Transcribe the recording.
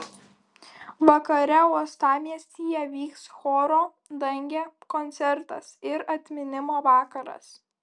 vakare uostamiestyje vyks choro dangė koncertas ir atminimo vakaras